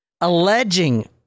alleging